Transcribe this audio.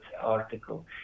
article